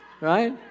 right